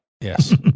Yes